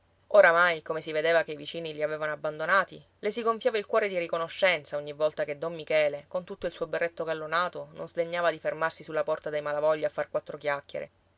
oramai come si vedeva che i vicini li avevano abbandonati le si gonfiava il cuore di riconoscenza ogni volta che don michele con tutto il suo berretto gallonato non sdegnava di fermarsi sulla porta dei malavoglia a far quattro chiacchiere